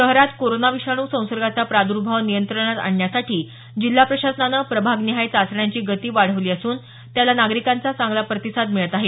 शहरात कोरोना विषाणू संसर्गाचा प्रादुर्भाव नियंत्रणात आणण्यासाठी जिल्हा प्रशासनानं प्रभागनिहाय चाचण्यांची गती वाढवली असून त्याला नागरिकांचा चांगला प्रतिसाद मिळत आहे